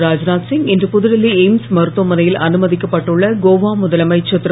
ராத்நாத் சிங் இன்று புதுடில்லி எய்ம்ஸ் மருத்துவமனையில் அனுமதிக்கப்பட்டு உள்ள கோவா முதலமைச்சர் திரு